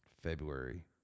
February